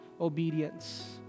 obedience